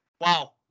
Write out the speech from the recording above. Wow